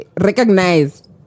recognize